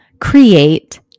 create